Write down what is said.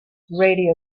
radio